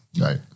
right